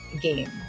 game